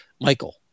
Michael